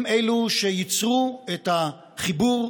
הם אלו שייצרו את החיבור,